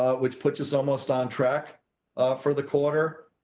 ah which puts us almost on track for the quarter.